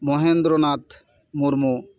Mahindra Nath Murmu